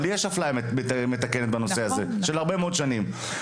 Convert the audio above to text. אבל יש אפליה מתקנת בנושא הזה הרבה מאוד שנים.